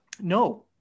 no